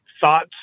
thoughts